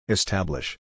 Establish